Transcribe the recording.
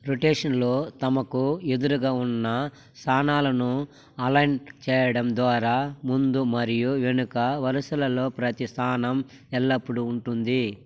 రొటేషన్లో తమకు ఎదురుగా ఉన్న స్థానాలను అలైన్ చేయడం ద్వారా ముందు మరియు వెనుక వరుసలలో ప్రతి స్థానం ఎల్లప్పుడూ ఉంటుంది